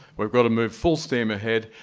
we're gonna move full steam ahead.